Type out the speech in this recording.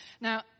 Now